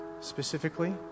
Specifically